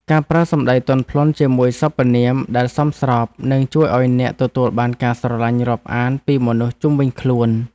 ការប្រើសម្តីទន់ភ្លន់ជាមួយសព្វនាមដែលសមស្របនឹងជួយឱ្យអ្នកទទួលបានការស្រឡាញ់រាប់អានពីមនុស្សជុំវិញខ្លួន។